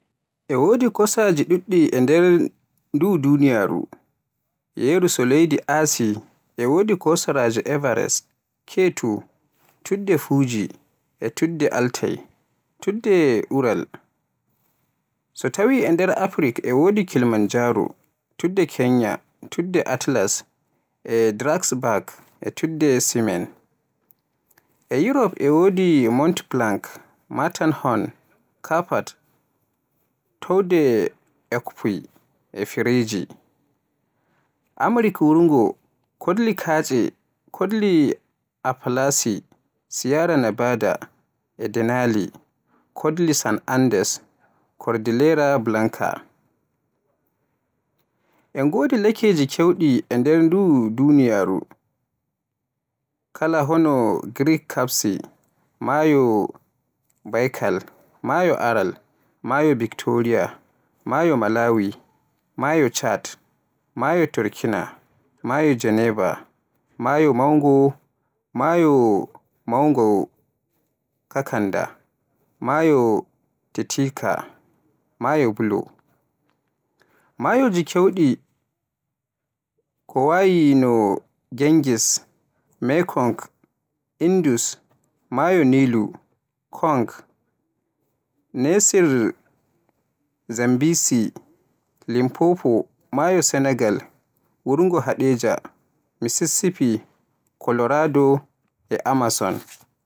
E wodi kooseeje dudde e nder duniyaaru ndu. Yeru to leydi Asii e wodi kooseeje Everest, K2, tufnde Fuji, tufnde Altai, tufnde Ural So tawii e nder Afrik e woodi, Kilimanjaro, tufnde Kenyaa, tufnde Atlas, Drakensberg, e tufnde Simien. E Orop e woodi Mont Blanc, Matterhorn, Karpat, Toowɗe Ecoppi, Pireneeji Amerik worgo: Koɗli kaaƴe, koɗli Apalaasi, Siyera Nevada, e Denali, Koɗli San Andes, Kordilera Blanka En godiii Lakeeji keewɗi e nder duniyaaru ndu kala hono; Geec Kaspi, maayo Baikal, maayo Aral, maayo Victoria, maayo Malawi, maayo Caad, maayo Turkana, maayo Geneve, maayo mawngo, maayo mawngo salt, maayo Titicaca, maayo bulo. Maayooji keewɗi ko wayi no, Ganges, Mekong, Indus, maayo Niil, Konngo, Niiseer, Zambesi, Limpopo, maayo Senegaal, wurngo Hadejia, Misisipi, Kolorado e Amasoni.